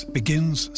begins